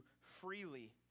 freely